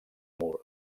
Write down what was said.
mur